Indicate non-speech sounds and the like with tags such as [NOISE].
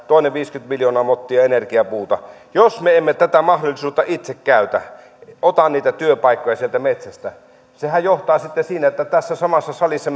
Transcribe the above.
toinen viisikymmentä miljoonaa mottia energiapuuta jos me emme tätä mahdollisuutta itse käytä ota niitä työpaikkoja sieltä metsästä sehän johtaa sitten siihen että tässä samassa salissa [UNINTELLIGIBLE]